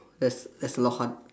that's that's a lot hard